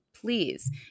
please